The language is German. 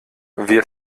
wir